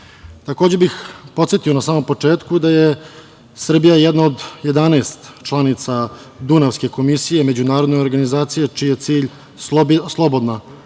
bih podsetio na samom početku da je Srbija jedna od 11 članica Dunavske komisije, međunarodne organizacije, čiji je cilj slobodna